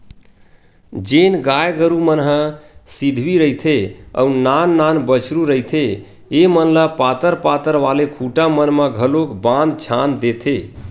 जेन गाय गरु मन ह सिधवी रहिथे अउ नान नान बछरु रहिथे ऐमन ल पातर पातर वाले खूटा मन म घलोक बांध छांद देथे